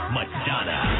Madonna